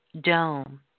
dome